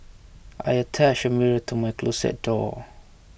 I attached a mirror to my closet door